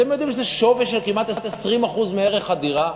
אתם יודעים שזה שווי של כמעט 20% מערך הדירה?